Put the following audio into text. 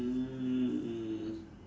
mm